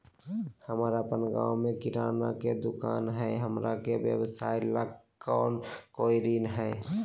हमर अपन गांव में किराना के दुकान हई, हमरा के व्यवसाय ला कोई ऋण हई?